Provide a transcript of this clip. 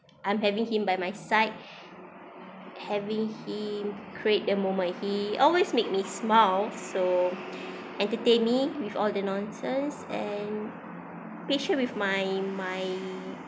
I'm having him by my side having him create the moment he always makes me smile so entertain me with all the nonsense and patient with my my